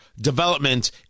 development